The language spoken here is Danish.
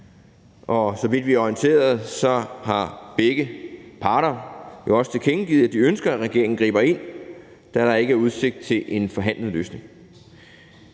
og så vidt vi er orienteret, har begge parter jo også tilkendegivet, at de ønsker, at regeringen griber ind, da der ikke er udsigt til en forhandlet løsning.